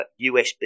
USB